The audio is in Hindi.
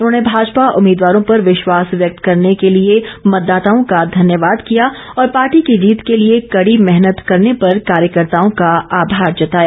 उन्होंने भाजपा उम्मीदवारों पर विश्वास व्यक्त करने के लिए मतदाताओं का धन्यवाद किया और पार्टी की जीत के लिए कड़ी मेहनत करने पर कार्यकर्त्ताओं का आभार जताया